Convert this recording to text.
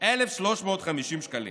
1,350 שקלים.